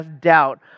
doubt